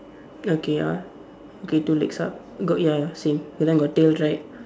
okay ya okay two legs up got ya same and then got tail right